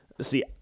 See